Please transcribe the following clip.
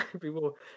People